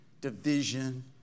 division